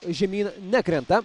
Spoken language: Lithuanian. žemyn nekrenta